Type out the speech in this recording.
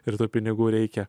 ir tų pinigų reikia